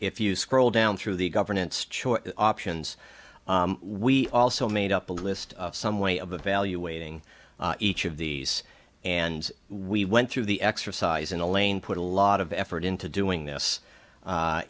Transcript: if you scroll down through the governance choice options we also made up a list of some way of evaluating each of these and we went through the exercise in a lane put a lot of effort into doing this